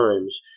times